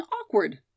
awkward